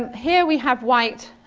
here we have white